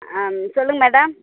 ஆம் சொல்லுங்கள் மேடம்